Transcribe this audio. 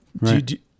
Right